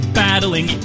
battling